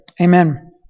amen